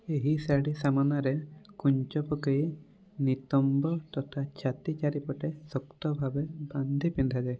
ଏହି ଶାଢ଼ୀ ସାମନାରେ କୁଞ୍ଚ ପକେଇ ନିତମ୍ବ ତଥା ଛାତି ଚାରିପଟେ ଶକ୍ତ ଭାବେ ବାନ୍ଧି ପିନ୍ଧାଯାଏ